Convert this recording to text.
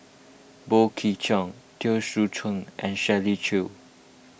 Boey Kim Cheng Teo Soon Chuan and Shirley Chew